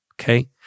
okay